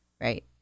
right